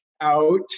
out